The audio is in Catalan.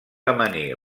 amanir